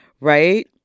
right